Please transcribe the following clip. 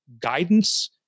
guidance